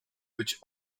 być